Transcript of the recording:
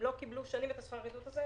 הם לא קיבלו שנים את שכר העידוד הזה,